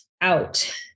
out